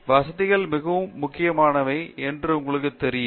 பேராசிரியர் பிரதாப் ஹரிதாஸ் வசதிகள் மிகவும் முக்கியமானவை என்று உங்களுக்கு தெரியும்